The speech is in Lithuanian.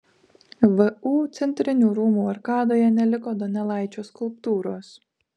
vu centrinių rūmų arkadoje neliko donelaičio skulptūros